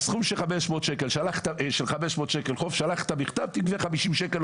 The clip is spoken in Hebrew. סכום של 500 שקלים חוב, שלחת מכתב, תגבה 50 שקלים.